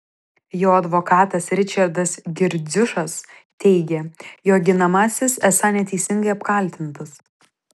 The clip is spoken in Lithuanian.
jo advokatas ričardas girdziušas teigė jo ginamasis esą neteisingai apkaltintas